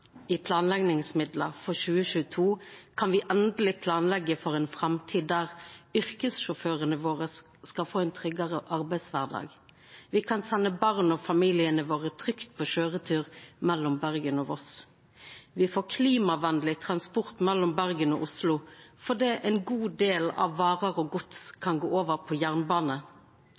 i planleggingsmidlar for 2022 kan me endeleg planleggja for ei framtid der yrkessjåførane våre skal få ein tryggare arbeidskvardag. Me kan trygt senda barna og familiane våre på køyretur mellom Bergen og Voss. Me får klimavenleg transport mellom Bergen og Oslo fordi ein god del varer og gods kan gå over på